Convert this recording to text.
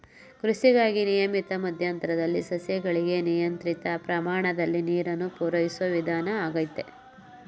ಕೃಷಿಗಾಗಿ ನಿಯಮಿತ ಮಧ್ಯಂತರದಲ್ಲಿ ಸಸ್ಯಗಳಿಗೆ ನಿಯಂತ್ರಿತ ಪ್ರಮಾಣದ ನೀರನ್ನು ಪೂರೈಸೋ ವಿಧಾನ ಆಗೈತೆ